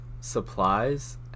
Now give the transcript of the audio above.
supplies